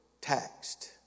taxed